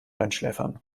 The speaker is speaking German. einschläfern